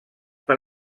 per